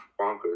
bonkers